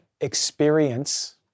experience